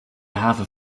haven